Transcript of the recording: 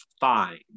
fine